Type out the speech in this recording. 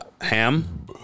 Ham